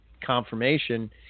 confirmation